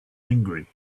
angry